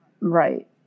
Right